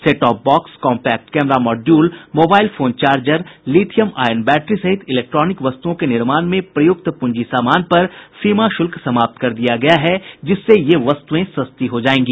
set top box compact camera module mobile phone charger lithium ion battery सहित electronic वस्तुओं के निर्माण में प्रयुक्त पूंजी सामान पर सीमा शुल्क समाप्त कर दिया गया है जिससे ये वस्तुएं सस्ती होंगी